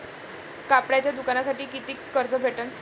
कापडाच्या दुकानासाठी कितीक कर्ज भेटन?